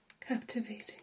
captivating